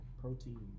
Protein